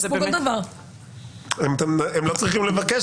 הם לא צריכים לבקש.